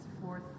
fourth